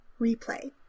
replay